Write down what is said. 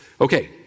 Okay